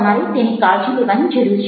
તમારે તેની કાળજી લેવાની જરૂર છે